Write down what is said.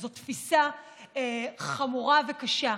וזאת תפיסה חמורה וקשה.